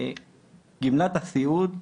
גמלת הסיעוד,